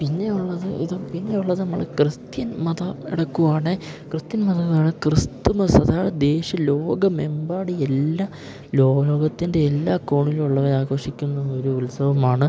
പിന്നെയുള്ളത് ഇത് പിന്നെയുള്ളത് നമ്മൾ ക്രിസ്ത്യൻ മതം എടക്കുകയാണേ ക്രിസ്ത്യൻ മതമാണ് ക്രിസ്തുമസ് അതാണ് ദേശീയ ലോകമെമ്പാടുമെല്ലാം ലോകത്തിൻ്റെ എല്ലാ കോണിലുള്ളവരാഘോഷിക്കുന്ന ഒരു ഉത്സവമാണ്